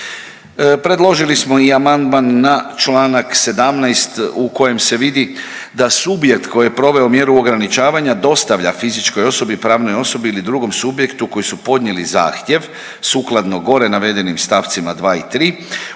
Predložili smo i amandman na čl. 17. u kojem se vidi da subjekt koji je proveo mjeru ograničavanja dostavlja fizičkoj osobi, pravnoj osobi ili drugom subjektu koji su podnijeli zahtjev sukladno gore navedenim stavcima 2. i 3.,